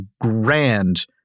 grand